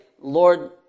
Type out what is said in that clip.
Lord